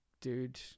dude